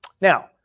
Now